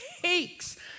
takes